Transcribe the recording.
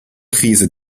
krise